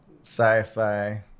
sci-fi